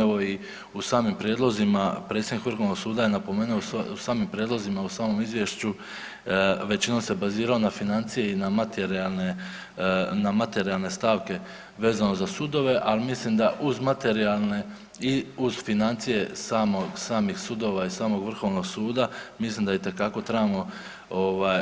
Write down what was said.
Evo i u samim prijedlozima predsjednik Vrhovnog suda je napomenuo u samim prijedlozima, u samom izvješću većinom se bazirao na financije i na materijale, na materijale stavke vezano za sudove, ali mislim da uz materijalne i uz financije samih sudova i samog Vrhovnog suda mislim da itekako trebamo